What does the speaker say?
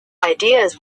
ideas